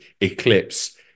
eclipse